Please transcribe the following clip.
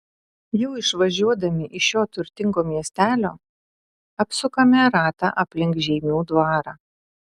jau išvažiuodami iš šio turtingo miestelio apsukame ratą aplink žeimių dvarą